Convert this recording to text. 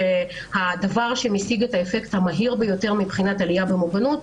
הדבר שמשיג את האפקט המהיר ביותר מבחינת העלייה במוגנות,